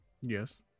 Yes